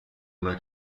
una